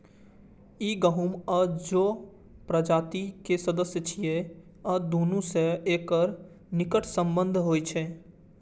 ई गहूम आ जौ प्रजाति के सदस्य छियै आ दुनू सं एकर निकट संबंध होइ छै